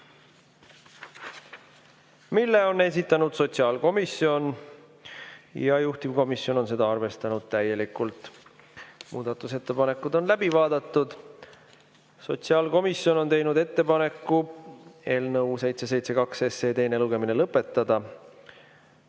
mille on esitanud sotsiaalkomisjon. Juhtivkomisjon on seda arvestanud täielikult. Muudatusettepanekud on läbi vaadatud. Sotsiaalkomisjon on teinud ettepaneku eelnõu 772 teine lugemine lõpetada